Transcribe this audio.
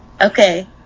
Okay